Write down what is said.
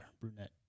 Brunette